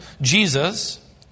Jesus